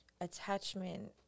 attachment